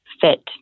fit